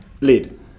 Lead